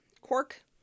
cork